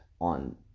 On